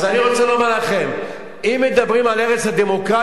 אז אני רוצה לומר לכם: אם מדברים על הרס הדמוקרטיה,